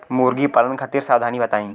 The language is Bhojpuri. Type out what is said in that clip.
मुर्गी पालन खातिर सावधानी बताई?